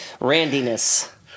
randiness